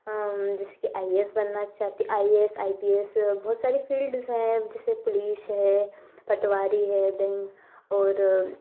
जैसे कि I A S बनना चाहती I A S I P S बहुत सारी फील्ड्स हैं जैसे कि पुलिस है पटवारी है और